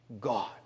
God